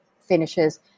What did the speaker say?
finishes